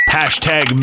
hashtag